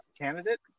candidate